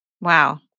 Wow